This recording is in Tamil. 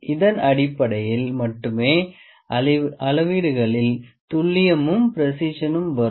இதன் அடிப்படையில் மட்டுமே அளவீடுகளில் துல்லியமும் பிரிசிசனும் வரும்